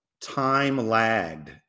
time-lagged